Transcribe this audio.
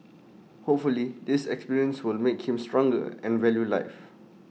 hopefully this experience will make him stronger and value life